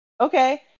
okay